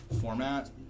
format